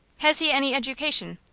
has he any education?